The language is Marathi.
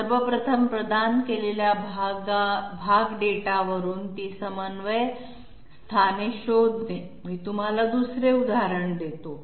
सर्व प्रथम प्रदान केलेल्या भाग डेटावरून ती समन्वय स्थाने शोधणे मी तुम्हाला दुसरे उदाहरण देतो